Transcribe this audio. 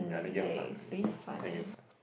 yeah that game fun ah that game that game fun